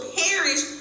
perish